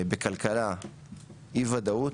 בכלכלה אי ודאות